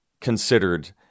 considered